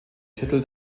titel